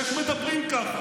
איך מדברים ככה?